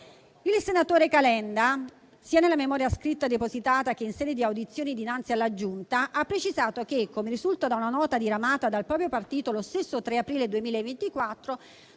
Il senatore Calenda, nella memoria scritta depositata anche in sede di audizioni dinanzi alla Giunta, ha precisato che - come risulta da una nota diramata dal proprio partito lo stesso 3 aprile 2024